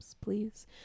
please